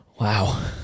Wow